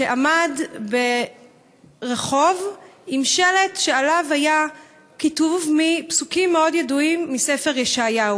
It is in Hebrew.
כשעמד ברחוב עם שלט שעליו היה כיתוב מפסוקים מאוד ידועים מספר ישעיהו.